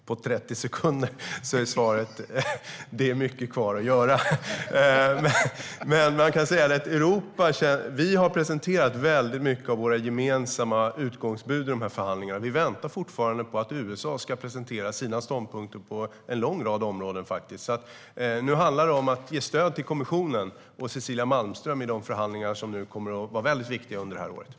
Fru talman! På 30 sekunder är svaret: Det är mycket kvar att göra. Vi i Europa har presenterat väldigt mycket av våra gemensamma utgångsbud i förhandlingarna och väntar faktiskt fortfarande på att USA ska presentera sina ståndpunkter på en lång rad områden. Nu handlar det om att ge stöd till kommissionen och Cecilia Malmström i de förhandlingar under det här året som kommer att vara mycket viktiga.